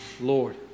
Lord